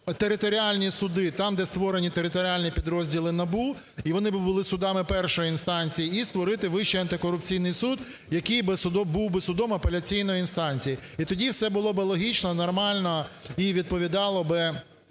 територіальні суди, там, де створені територіальні підрозділи НАБУ, і вони були би судами першої інстанції, і створити Вищий антикорупційний суд, який би був би судом апеляційної інстанції. І тоді все було би логічно, нормально і відповідало би